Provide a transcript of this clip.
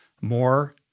more